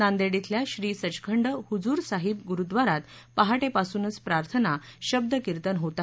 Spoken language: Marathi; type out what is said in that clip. नांदेड धिल्या श्री संचखंड हुजूरसाहिब गुरुद्वारात पहाटेपासूनच प्रार्थना शबदकीर्तन होत आहे